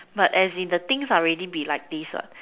but as in the things are already be like this what